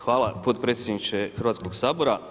Hvala potpredsjedniče Hrvatskog sabora.